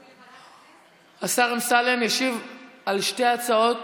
השר אמסלם ישיב על שתי ההצעות,